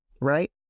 right